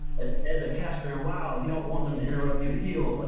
as a caster in wow, you don't want them to interrupt your heal, like